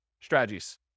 strategies